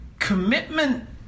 Commitment